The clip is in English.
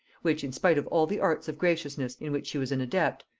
which, in spite of all the arts of graciousness in which she was an adept,